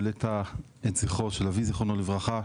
העלית את זכרו של אבי זכרונו לברכה,